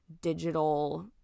digital